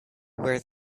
where